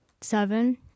seven